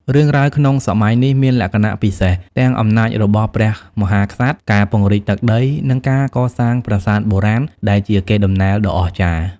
រឿងរ៉ាវក្នុងសម័យនេះមានលក្ខណៈពិសេស ទាំងអំណាចរបស់ព្រះមហាក្សត្រ ការពង្រីកទឹកដី និងការកសាងប្រាសាទបុរាណ ដែលជាកេរដំណែលដ៏អស្ចារ្យ។